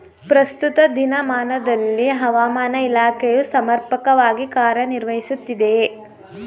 ಪ್ರಸ್ತುತ ದಿನಮಾನದಲ್ಲಿ ಹವಾಮಾನ ಇಲಾಖೆಯು ಸಮರ್ಪಕವಾಗಿ ಕಾರ್ಯ ನಿರ್ವಹಿಸುತ್ತಿದೆಯೇ?